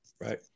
Right